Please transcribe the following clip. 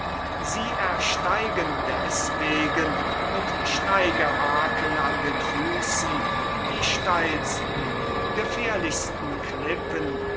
sie ersteigen deswegen mit steigehaken an den füßen die steilsten gefährlichsten klippen